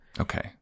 okay